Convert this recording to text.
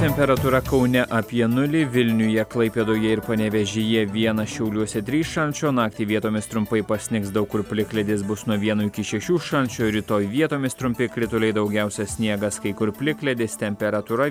temperatūra kaune apie nulį vilniuje klaipėdoje ir panevėžyje vienas šiauliuose trys šalčio naktį vietomis trumpai pasnigs daug kur plikledis bus nuo vieno iki šešių šalčio rytoj vietomis trumpi krituliai daugiausia sniegas kai kur plikledis temperatūra